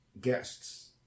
guests